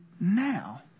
now